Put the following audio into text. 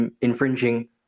infringing